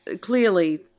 clearly